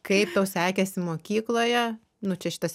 kaip tau sekėsi mokykloje nu čia šitas